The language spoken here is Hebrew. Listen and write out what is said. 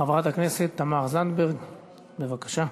חברת הכנסת תמר זנדברג, בבקשה.